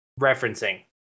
referencing